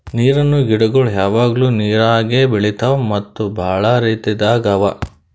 ನೀರಿನ್ ಗಿಡಗೊಳ್ ಯಾವಾಗ್ಲೂ ನೀರಾಗೆ ಬೆಳಿತಾವ್ ಮತ್ತ್ ಭಾಳ ರೀತಿದಾಗ್ ಅವಾ